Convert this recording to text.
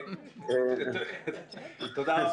תודה רבה.